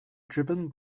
driven